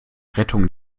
rettung